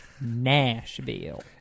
Nashville